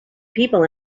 people